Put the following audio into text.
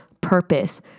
purpose